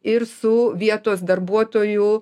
ir su vietos darbuotojų